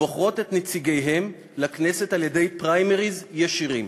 ובוחרות את נציגיהן לכנסת על-ידי פריימריז ישירים.